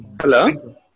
Hello